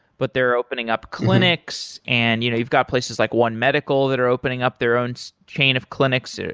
but they're opening up clinics and you know you've got places like one medical that are opening up their own so chain of clinics.